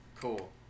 Cool